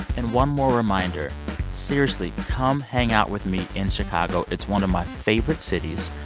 and one more reminder seriously, come hang out with me in chicago. it's one of my favorite cities.